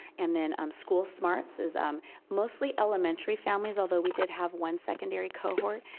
and then um school smarts is um mostly elementary families, although we did have one secondary cohort,